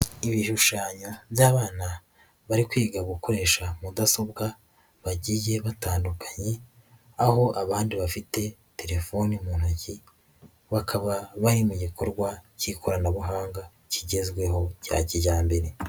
Ibishushanyo by'abana bari kwiga gukoresha mudasobwa bagiye batandukanye, aho abandi bafite telefoni mu ntoki bakaba bari mu gikorwa cy'ikoranabuhanga kigezweho cya kijyambere.